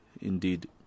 indeed